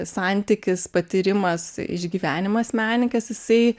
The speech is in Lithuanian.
santykis patyrimas išgyvenimas menininkės jisai